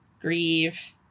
grieve